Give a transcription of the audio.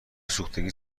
سوختگی